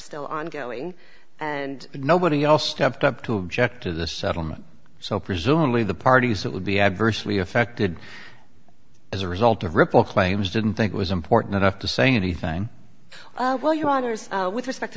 still ongoing and nobody else stepped up to object to the settlement so presumably the parties that would be adversely affected as a result of ripple claims didn't think it was important enough to say anything well you honors with respect to